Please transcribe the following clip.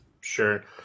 sure